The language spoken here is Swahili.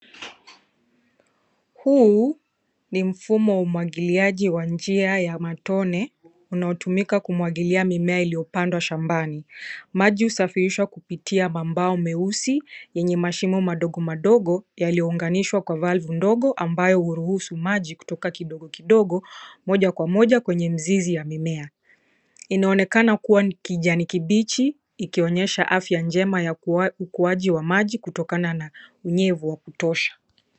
Huu, ni mfumo wa umwangiliaji wa njia ya matone unaotumika kumwagilia mimea iliyopandwa shambani . Maji husafirishwa kupitia mabao meusi yenye mashimo mandogo mandogo yaliyounganishwa kwa (cs) valve(cs) ndogo ambayo huruhusu maji kutoka kindogo kindogo moja kwa moja kwenye mizizi ya mimea . Inaonekana kuwa kijani kimbichi, ikionyesha afya njema ya ukuaji wa maji kutokana na unyevu.